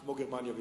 כמו גרמניה ויפן.